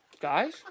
Guys